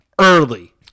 early